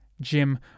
Jim